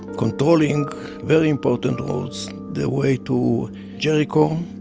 controlling very important roads. the way to jericho,